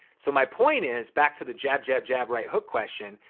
so my point is back to the jab, jab, jab, right hook question,